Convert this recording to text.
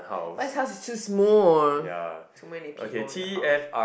but his house is too small too many people in the house